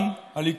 גם הליכוד.